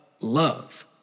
love